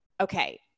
okay